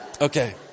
Okay